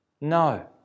No